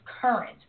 current